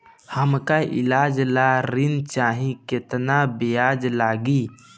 हमका ईलाज ला ऋण चाही केतना ब्याज लागी?